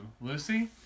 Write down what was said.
Lucy